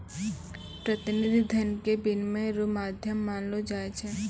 प्रतिनिधि धन के विनिमय रो माध्यम मानलो जाय छै